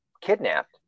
kidnapped